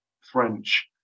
French